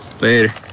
Later